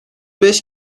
beş